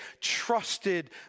trusted